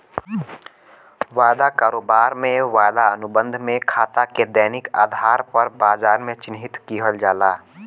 वायदा कारोबार में, वायदा अनुबंध में खाता के दैनिक आधार पर बाजार में चिह्नित किहल जाला